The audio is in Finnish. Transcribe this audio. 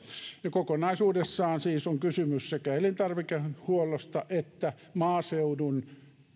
kokonaisuudessaan siis on kysymys sekä elintarvikehuollosta että maaseudun